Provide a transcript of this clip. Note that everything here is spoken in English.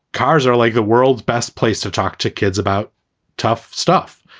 cars are like the world's best place to talk to kids about tough stuff,